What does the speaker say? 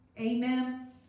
Amen